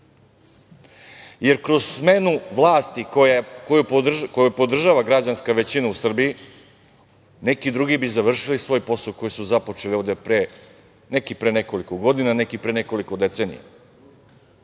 jer kroz smenu vlasti koju podržava građanska većina u Srbiji neki drugi bi završili svoj posao koji su započeli ovde neki pre nekoliko godina, neki pre nekoliko decenija. Povod